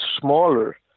smaller